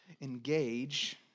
engage